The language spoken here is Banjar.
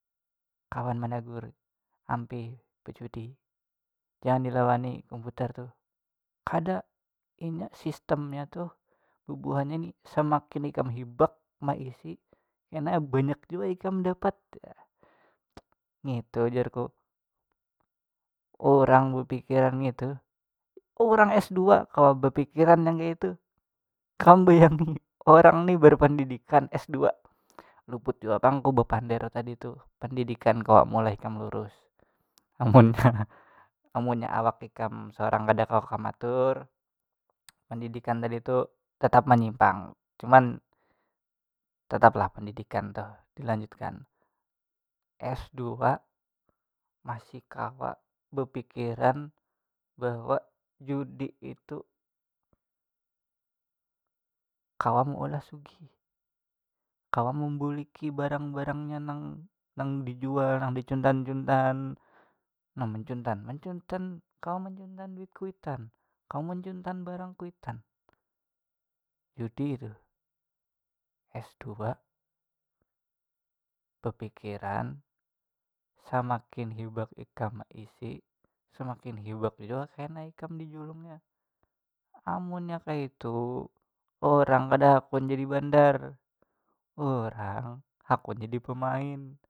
Kawan managur ampih bajudi jangan dilawani komputer tu kada inya sistemnya tuh bubhannya nih samakin ikam hibak maisi kena banyak jua ikam dapat jarnya, ngitu jarku urang bapikiran kayatu urang s2 kawa bepikiran yang kayatu kam bayangi orang ni barpandidikan s2 luput jua pang aku bepander tadi tu pandidikan kawa meolah ikam lurus, amunnya awak ikam sorang kada kawa kam atur pandidikan tadi tu tatap manyimpang cuman tetaplah pendidikan tuh dilanjutkan, s2 masih kawa bapikiran bahwa judi itu kawa meolah sugih kawa membuliki barang barangnya nang dijual nang dicuntan cuntan nah mencuntan kawa mencuntan duit kwitan kawa mencuntan barang kwitan judi tuh s2 bapikiran samakin ikam hibak maisi samakin hibak jua kena kam dijulungnya amunnya kayatu orang kada hakun jadi bandar orang hakun jadi pamain.